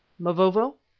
mavovo,